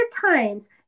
times